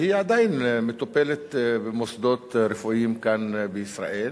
והיא עדיין מטופלת במוסדות רפואיים כאן בישראל.